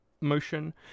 motion